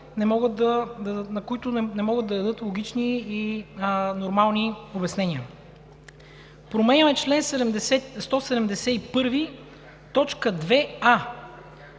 материя не могат да дадат логични и нормални обяснения. Променяме чл. 171, т.